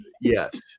Yes